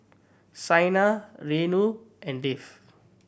Saina Renu and Dev